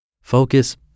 Focus